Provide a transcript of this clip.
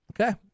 Okay